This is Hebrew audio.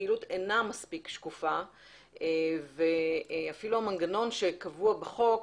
הפעילות אינה מספיק שקופה ואפילו המנגנון שקבוע בחוק,